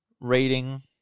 rating